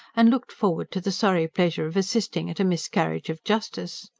and looked forward to the sorry pleasure of assisting at a miscarriage of justice.